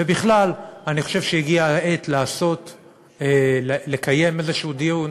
ובכלל, אני חושב שהגיעה העת לקיים דיון